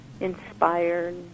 inspired